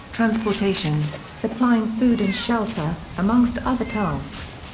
transportation, supplying food and shelter, amongst other tasks.